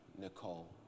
Nicole